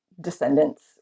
descendants